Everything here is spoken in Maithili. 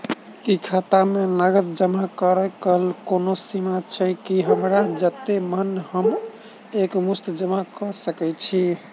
की खाता मे नगद जमा करऽ कऽ कोनो सीमा छई, की हमरा जत्ते मन हम एक मुस्त जमा कऽ सकय छी?